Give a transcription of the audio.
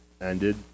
ended